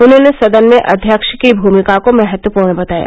उन्होंने सदन में अध्यक्ष की भूमिका को महत्वपूर्ण बताया